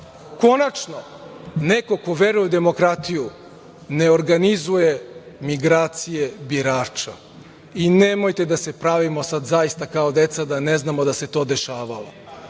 neko ko veruje u demokratiju ne organizuje migracije birača. Nemojte da se pravimo sad zaista kao deca da ne znamo da se to dešavalo.